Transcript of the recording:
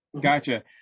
Gotcha